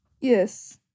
Yes